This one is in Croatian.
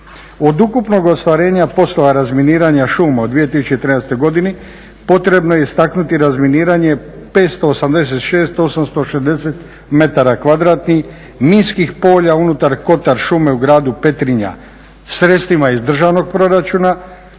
Od ukupnog ostvarenja poslova razminiranja šuma u 2013. godini potrebno je istaknuti razminiranje 586 860 metara kvadratnih minskih polja unutar Kotar šume u gradu Petrinja, sredstvima iz državnog proračuna,